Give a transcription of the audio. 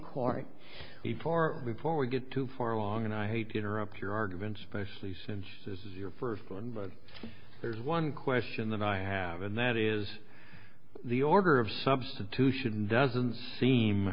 court before we before we get too far wrong and i hate to interrupt your argument specially since this is your first one but there's one question i have and that is the order of substitution doesn't seem